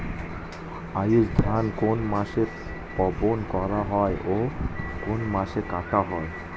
আউস ধান কোন মাসে বপন করা হয় ও কোন মাসে কাটা হয়?